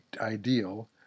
ideal